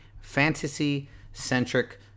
fantasy-centric